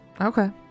Okay